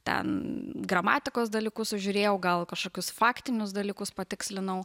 ten gramatikos dalykus sužiūrėjau gal kažkokius faktinius dalykus patikslinau